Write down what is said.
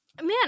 man